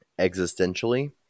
existentially